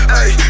Hey